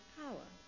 power